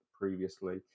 previously